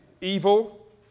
evil